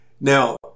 Now